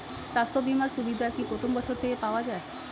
স্বাস্থ্য বীমার সুবিধা কি প্রথম বছর থেকে পাওয়া যায়?